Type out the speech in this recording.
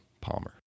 Palmer